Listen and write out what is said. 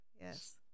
yes